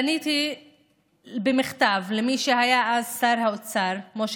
פניתי במכתב למי שהיה אז שר האוצר משה